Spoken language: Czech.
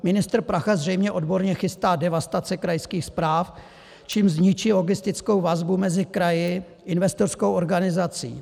Ministr Prachař zřejmě odborně chystá devastace krajských správ, čímž zničí logistickou vazbu mezi kraji, investorskou organizací.